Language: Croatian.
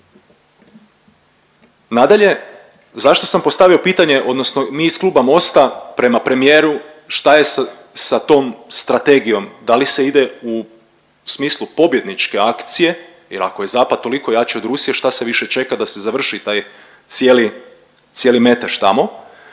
Nadalje, zašto sam postavio pitanje, odnosno mi iz Kluba Mosta prema premijeru, šta je sa tom strategijom? Da li se ide u smislu pobjedničke akcije jer ako je Zapad toliko jači od Rusije, šta se više čeka da se završi taj cijeli metež tamo?